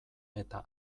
eta